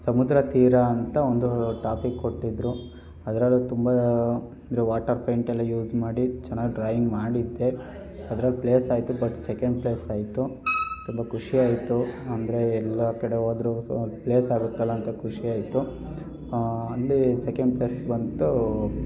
ಸಮುದ್ರ ತೀರ ಅಂತ ಒಂದು ಟಾಪಿಕ್ ಕೊಟ್ಟಿದ್ದರು ಅದ್ರಲ್ಲೂ ತುಂಬ ಅಂದರೆ ವಾಟರ್ ಪೈಂಟೆಲ್ಲ ಯೂಸ್ ಮಾಡಿ ಚೆನ್ನಾಗಿ ಡ್ರಾಯಿಂಗ್ ಮಾಡಿದ್ದೆ ಅದ್ರಾಗ ಪ್ಲೇಸ್ ಆಯಿತು ಬಟ್ ಸೆಕೆಂಡ್ ಪ್ಲೇಸ್ ಆಯಿತು ತುಂಬ ಖುಷಿ ಆಯಿತು ಅಂದರೆ ಎಲ್ಲ ಕಡೆ ಹೋದ್ರು ಸೊ ಪ್ಲೇಸ್ ಆಗುತ್ತಲ್ಲ ಅಂತ ಖುಷಿ ಆಯಿತು ಅಲ್ಲಿ ಸೆಕೆಂಡ್ ಪ್ಲೇಸ್ ಬಂತು